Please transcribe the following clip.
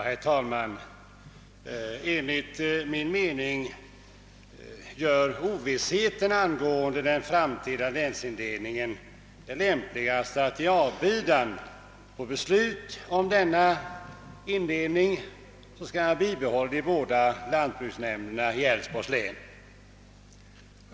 Herr talman! Enligt min mening gör ovissheten angående den framtida länsindelningen det mest lämpligt att, i avbidan på beslut om denna indelning, bibehålla de båda lantbruksnämnderna i Älvsborgs län.